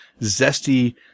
zesty